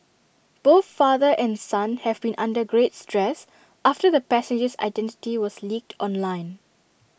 both father and son have been under great stress after the passenger's identity was leaked online